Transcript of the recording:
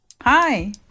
Hi